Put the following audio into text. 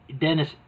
Dennis